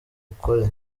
ukore